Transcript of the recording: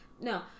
No